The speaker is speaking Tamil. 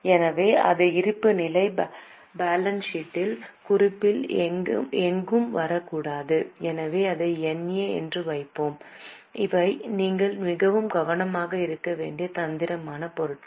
எனவே அது இருப்புநிலைக் குறிப்பில் எங்கும் வரக்கூடாது எனவே அதை NA என வைப்போம் இவை நீங்கள் மிகவும் கவனமாக இருக்க வேண்டிய தந்திரமான பொருட்கள்